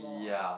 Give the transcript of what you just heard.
ya